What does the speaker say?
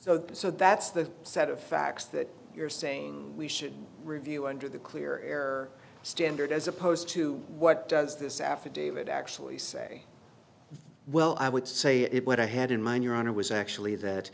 and so that's the set of facts that you're saying we should review under the clear air standard as opposed to what does this affidavit actually say well i would say it what i had in mind your honor was actually that